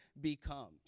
becomes